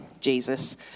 Jesus